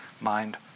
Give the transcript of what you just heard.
mind